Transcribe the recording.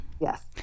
Yes